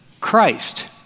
Christ